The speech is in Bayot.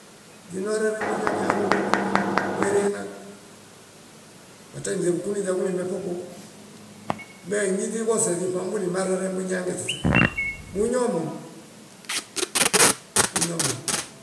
. Źinorereŋ buñaŋe amooġo úlu úlu órenaa mata ínźe bukuninźeġulime ṗobuġo. Me áñi źiḃose źiṗambulim marereŋ buñaŋe śiśe. Muñomom, muñomom.